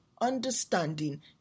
understanding